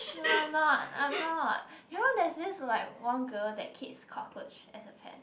no I'm not I'm not you know there's this like one girl that keeps cockroach as her pet